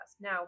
Now